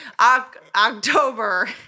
October